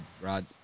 Rod